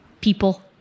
people